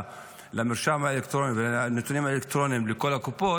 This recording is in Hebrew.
למרשם האלקטרוני ולנתונים האלקטרוניים לכל הקופות,